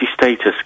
status